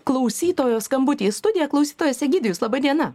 klausytojo skambutį į studiją klausytojas egidijus laba diena